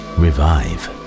revive